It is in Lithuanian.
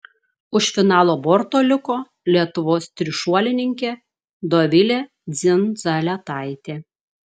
už finalo borto liko lietuvos trišuolininkė dovilė dzindzaletaitė